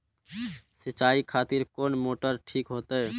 सीचाई खातिर कोन मोटर ठीक होते?